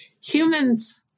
humans